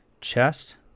chest